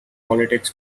politics